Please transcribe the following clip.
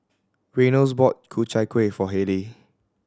Reynolds bought Ku Chai Kuih for Hayleigh